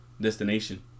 destination